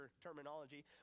terminology